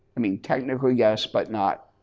i mean technically, yes, but not